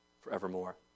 forevermore